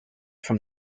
from